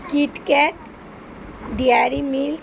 KitKat Dairy milk